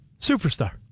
superstar